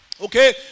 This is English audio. Okay